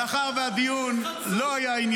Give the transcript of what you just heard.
למשפחות החטופים יש לך משהו לומר?